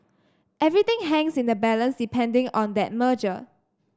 everything hangs in the balance depending on that merger